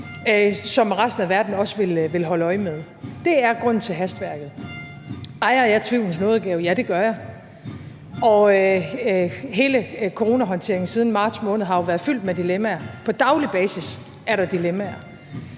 som resten af verden også vil holde øje med? Det er grunden til hastværket. Ejer jeg tvivlens nådegave? Ja, det gør jeg. Og hele coronahåndteringen siden marts måned har jo været fyldt med dilemmaer. På daglig basis er der dilemmaer.